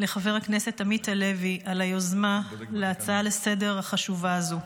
לחבר הכנסת עמית הלוי על היוזמה להצעה לסדר-היום החשובה הזאת.